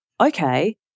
okay